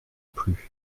plus